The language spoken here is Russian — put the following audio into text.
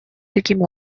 таким